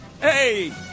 hey